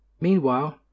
Meanwhile